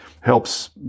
helps